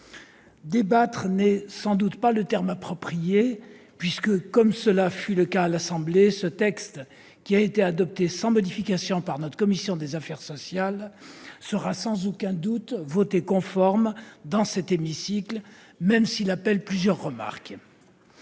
« Débattre » n'est sans doute pas le terme approprié, puisque, comme cela fut le cas à l'Assemblée nationale, ce texte, qui a été adopté sans modification par notre commission des affaires sociales, sera sans aucun doute voté conforme dans cet hémicycle, même s'il appelle plusieurs remarques.